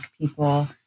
people